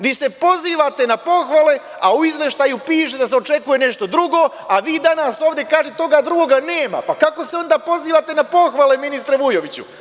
Vi se pozivate na pohvale, a u izveštaju piše da se očekuje nešto drugo, a vi danas ovde kažete – toga drugoga nema, pa kako se onda pozivate na pohvale, ministre Vujoviću?